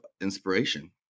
inspiration